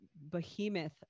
behemoth